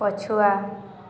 ପଛୁଆ